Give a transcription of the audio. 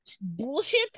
Bullshit